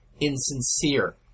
insincere